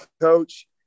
coach